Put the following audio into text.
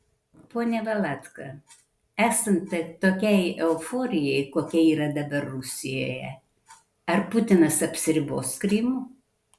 pone valatka esant tokiai euforijai kokia yra dabar rusijoje ar putinas apsiribos krymu